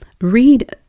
Read